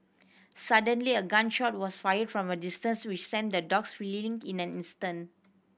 suddenly a gun shot was fired from a distance which sent the dogs fleeing in an instant